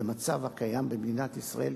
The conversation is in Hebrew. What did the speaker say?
במצב הקיים במדינת ישראל,